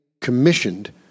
commissioned